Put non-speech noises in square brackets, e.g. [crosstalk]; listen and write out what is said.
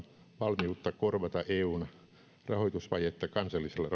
valmiutta korvata eun rahoitusvajetta kansallisella [unintelligible]